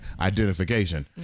identification